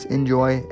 Enjoy